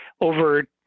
over